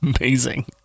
amazing